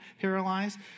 paralyzed